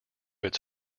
its